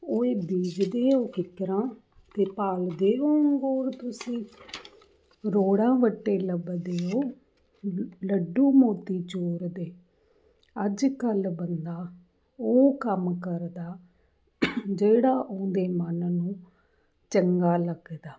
ਉਏ ਬੀਜਦੇ ਹੋ ਕਿੱਕਰਾਂ ਅਤੇ ਭਾਲਦੇ ਹੋ ਅੰਗੂਰ ਤੁਸੀਂ ਰੋੜਾ ਵੱਟੇ ਲੱਭਦੇ ਹੋ ਲੱਡੂ ਮੋਤੀਚੂਰ ਦੇ ਅੱਜ ਕੱਲ੍ਹ ਬੰਦਾ ਉਹ ਕੰਮ ਕਰਦਾ ਜਿਹੜਾ ਉਹਦੇ ਮਨ ਨੂੰ ਚੰਗਾ ਲੱਗਦਾ